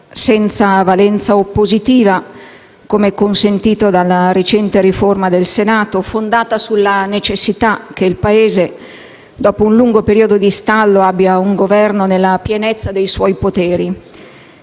senza valenza oppositiva - com'è consentito dalla recente riforma del Regolamento del Senato - fondata sulla necessità che il Paese, dopo un lungo periodo di stallo, abbia un Governo nella pienezza dei suoi poteri,